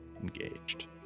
engaged